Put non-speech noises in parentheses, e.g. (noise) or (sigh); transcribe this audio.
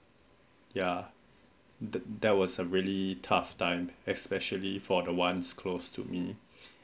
ya tha~ that was really tough time especially for the ones close to me (breath)